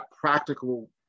practical